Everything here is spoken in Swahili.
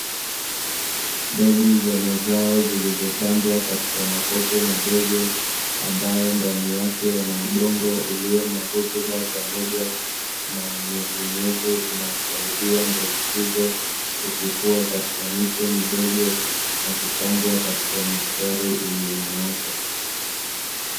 Mbegu za mazao zilizopandwa katika makopo madogo ambayo ndani yake yana udongo ulio na rutuba pamoja na unyevuunyevu, unaosaidia mbegu hizo kuchipua katika miche midogo na kupangwa katika mistari iliyonyooka.